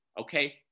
Okay